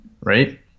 Right